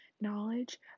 knowledge